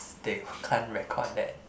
they can't record that